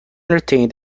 retained